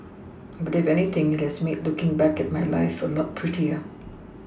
but if anything it has made looking back at my life a lot prettier